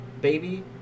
baby